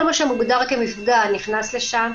כל מה שמוגדר כמפגע נכנס לשם.